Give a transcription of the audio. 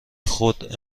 خود